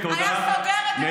היה סוגר את התאגיד.